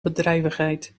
bedrijvigheid